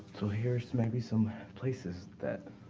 so here's maybe some places that